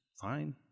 fine